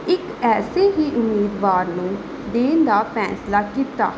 ਇਕ ਐਸੇ ਹੀ ਉਮੀਦਵਾਰ ਨੂੰ ਦੇਣ ਦਾ ਫੈਸਲਾ ਕੀਤਾ